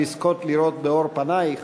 לזכות לראות באור פנייך",